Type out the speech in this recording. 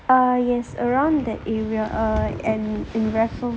err yes around that area err and in raffles